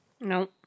No